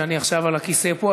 שאני עכשיו על הכיסא פה,